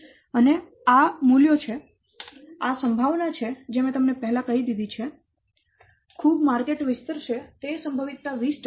અને આ મૂલ્યો છે આ સંભાવના છે જે મેં તમને પહેલા કહી દીધી છે ખૂબ માર્કેટ વિસ્તરશે તે સંભવિતતા 20 છે